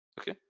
okay